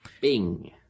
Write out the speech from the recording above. Bing